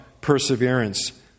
perseverance